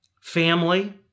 family